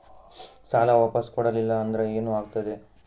ಸಾಲ ವಾಪಸ್ ಕೊಡಲಿಲ್ಲ ಅಂದ್ರ ಏನ ಆಗ್ತದೆ?